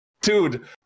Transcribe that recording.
Dude